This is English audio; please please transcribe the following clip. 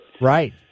Right